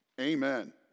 amen